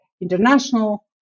International